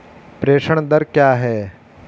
प्रेषण दर क्या है?